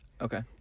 Okay